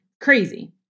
Crazy